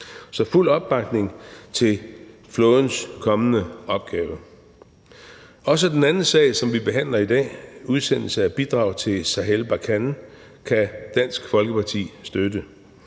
Så fuld opbakning til flådens kommende opgave. Kl. 10:26 Også den anden sag, som vi behandler i dag – udsendelse af bidrag til Sahel, »Operation Barkhane« – kan Dansk Folkeparti støtte.